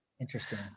Interesting